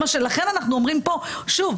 לכן אנחנו אומרים פה --- טלי,